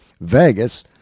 Vegas